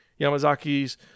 Yamazaki's